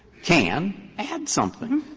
can add something.